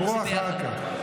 דברו אחר כך.